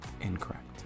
incorrect